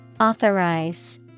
Authorize